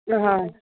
हा